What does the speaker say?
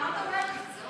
למה אתה אומר את זה?